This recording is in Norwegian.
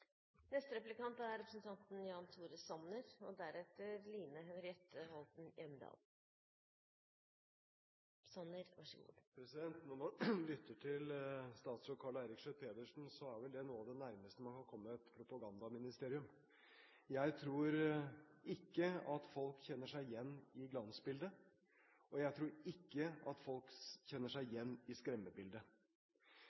Når man lytter til statsråd Karl Eirik Schjøtt-Pedersen, er vel hans fremstilling noe av det nærmeste man kan komme et propagandaministerium. Jeg tror ikke at folk kjenner seg igjen i glansbildet, og jeg tror ikke at folk kjenner seg